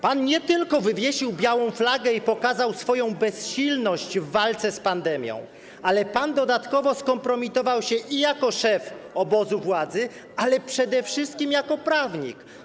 Pan nie tylko wywiesił białą flagę i pokazał swoją bezsilność w walce z pandemią, ale dodatkowo skompromitował się jako szef obozu władzy, a przede wszystkim jako prawnik.